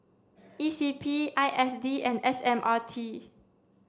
E C P I S D and S M R T